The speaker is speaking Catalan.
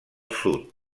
sud